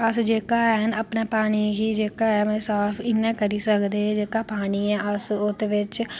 अस अपने पानिया गी साफ जेह्का साफ करी सकदे